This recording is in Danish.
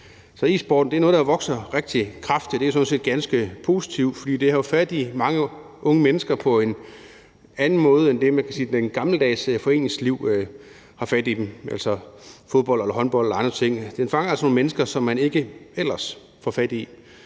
noget, der vokser rigtig kraftigt, og det er jo sådan set rigtig positivt, fordi det jo har fat i mange unge mennesker på en anden måde end den måde, man kan sige at det gamle foreningsliv har fat i dem – altså fodbold eller håndbold eller andre ting. Det fanger altså nogle mennesker, som man ikke ellers får fat i.